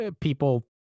people